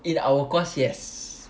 in our course yes